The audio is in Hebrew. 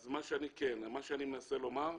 כן, אני מנסה לומר שכן,